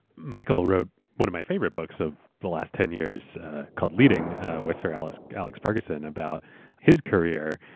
michael wrote one of my favorite books of the last ten years called leading with sir alex alex ferguson about his career.